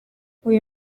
uwo